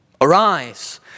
Arise